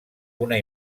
una